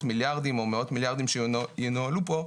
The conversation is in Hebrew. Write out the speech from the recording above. מיליארדים או מאות מיליארדים שינוהלו פה,